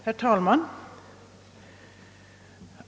Herr talman!